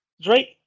Drake